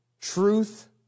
Truth